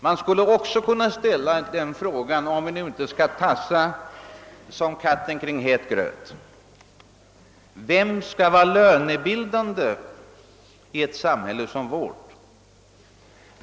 Man kan också fråga — om vi nu inte skall tassa som katten kring het gröt — vem som skall vara lönebildande i ett samhälle som vårt.